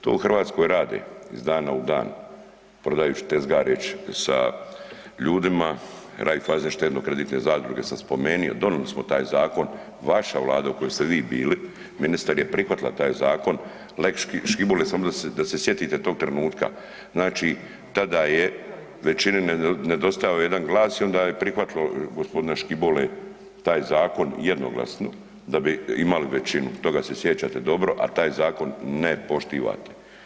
To u Hrvatskoj rade iz dana u dan prodajuć, tezgareć sa ljudima, Raiffeisen štedno-kreditne zadruge sam spomenuo, donijeli smo taj zakon, vaša vlada u kojoj ste vi bili ministar je prihvatila taj zakon, lex Škibole da se sjetite tog trenutka, znači tada je većini nedostajao jedan glas i onda je prihvatilo gospodina Škibole taj zakon jednoglasno da bi imali većinu, toga se sjećate dobro, a taj zakon ne poštivate.